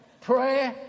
pray